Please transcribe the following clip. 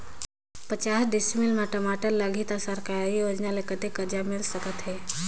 पचास डिसमिल मा टमाटर लगही त सरकारी योजना ले कतेक कर्जा मिल सकथे?